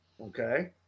okay